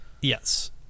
Yes